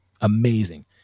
Amazing